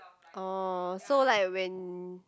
oh so like when